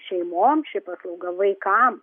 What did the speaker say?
šeimom ši paslauga vaikam